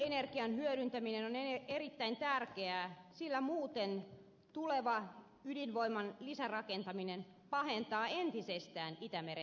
lämpöenergian hyödyntäminen on erittäin tärkeää sillä muuten tuleva ydinvoiman lisärakentaminen pahentaa entisestään itämeren tilaa